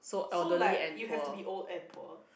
so like you have to be old and poor